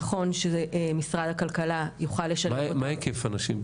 נכון שמשרד הכלכלה יוכל לשלב אותן --- מה היקף הנשים?